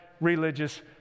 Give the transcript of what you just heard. religious